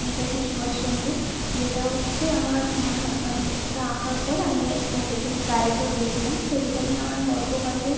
নেতাজি সুভাষচন্দ্রের যেটা হচ্ছে আমার মনে হয় মানে ওটা আঁকার পর আমি একটা সেকেন্ড প্রাইজও পেয়েছিলাম তো যেটা নিয়ে আমার গর্ব হয় যে